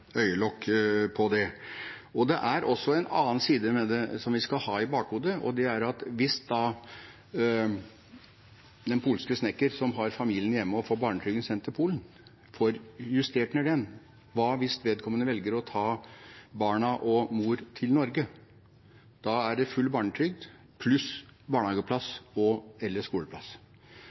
Det er også en annen side ved dette som vi skal ha i bakhodet, og det er: Hva hvis den polske snekkeren som har familien hjemme og får barnetrygden sendt til Polen – og får den justert ned – velger å ta barna og mor til Norge? Da er det full barnetrygd pluss barnehageplass og/eller skoleplass.